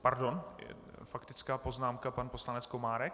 Pardon, faktická poznámka, pan poslanec Komárek.